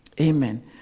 amen